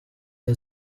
der